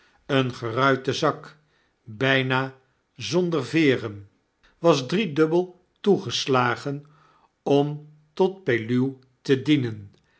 een geruite zak byna zonder veeren was driedubbel toegeslagen om tot peluw te dienen